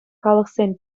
халӑхсен